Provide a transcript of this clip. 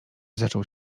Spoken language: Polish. zaczął